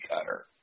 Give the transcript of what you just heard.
cutter